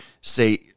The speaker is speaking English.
say